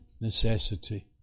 necessity